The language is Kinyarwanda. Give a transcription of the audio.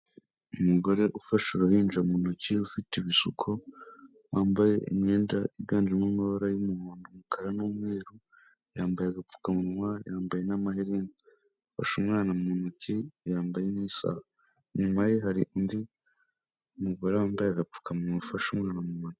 Umugore ufashe uruhinja mu ntoki, ufite ibisuko, wambaye imyenda iganjemo amabara y'umuhondo, umukara n'umweru, yambaye agapfukamunwa yambaye n'amaherena afashe umwana mu ntoki yambaye neza, inyuma ye hari undi mugore wambaye agapfukamunwa ufashe umwana mu ntoki.